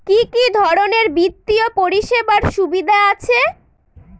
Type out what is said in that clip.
কি কি ধরনের বিত্তীয় পরিষেবার সুবিধা আছে?